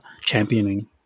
championing